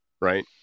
right